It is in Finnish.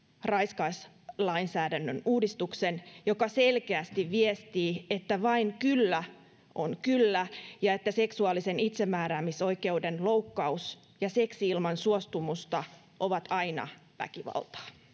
raiskauslainsäädännön uudistuksen joka selkeästi viestii että vain kyllä on kyllä ja että seksuaalisen itsemääräämisoikeuden loukkaus ja seksi ilman suostumusta ovat aina väkivaltaa